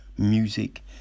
music